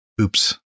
Oops